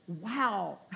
wow